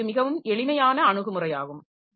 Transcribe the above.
எனவே இது மிகவும் எளிமையான அணுகுமுறையாகும்